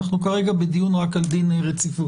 אנחנו כרגע בדיון רק על דין רציפות.